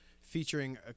featuring